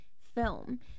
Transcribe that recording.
film